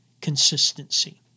Consistency